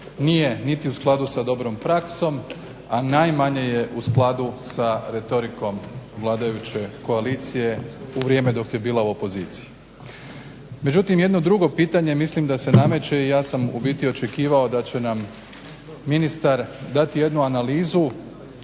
nije niti u skladu sa dobrom praksom, a najmanje je u skladu sa retorikom vladajuće koalicije u vrijeme dok je bila u opoziciji. Međutim, jedno drugo čitanje mislim da se nameće i ja sam u biti očekivao da će nam ministar dati jednu analizu